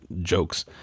jokes